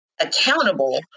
accountable